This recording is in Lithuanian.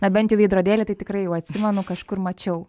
na bent jau veidrodėlį tai tikrai jau atsimenu kažkur mačiau